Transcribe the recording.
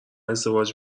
ازدواج